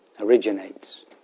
originates